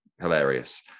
hilarious